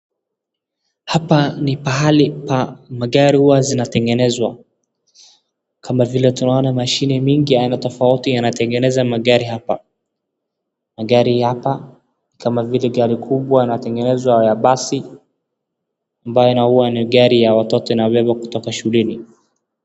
Hapa ni pahali magari huwa zinatengenezwa kama vile tunaona mashine mingi aina tofauti yanatengeneza magari hapa. Magari hapa kama vile gari kubwa inatengenezwa ya basi ambayo huwa ni gari ya watoto inawabeba kutoka shuleni.